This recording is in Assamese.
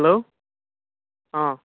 হেল্ল' অ'